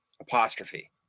apostrophe